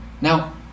Now